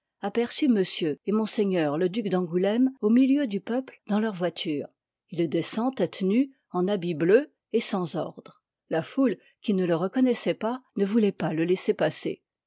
aperçut monsieur et m le duc d'angouléme au milieu du peuple dans leur voiture il descend tête nue en habit bleu et sans ordres la foule qui ne le reconnoissoit pas ne vouloit pas le laisser passer